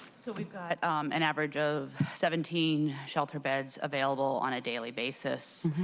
so we've got an average of seventeen shelter beds available on a daily basis.